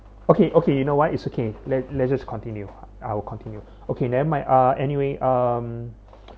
okay okay you know what it's okay let let's just continue I will continue okay never mind uh anyway um